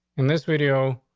in this video,